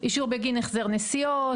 אישור בגין החזר נסיעות,